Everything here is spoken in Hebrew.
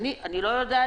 אני אומרת לך,